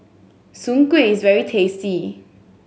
Soon Kuih is very tasty